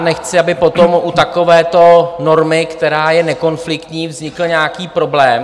Nechci, aby potom u takovéto normy, která je nekonfliktní, vznikl nějaký problém.